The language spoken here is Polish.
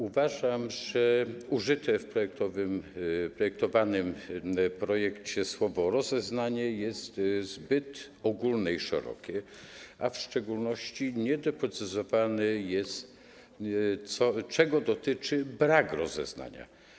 Uważam, że użyte w projektowanym projekcie słowo „rozeznanie” jest zbyt ogólne i szerokie, a w szczególności nie jest doprecyzowane, czego dotyczy brak rozeznania.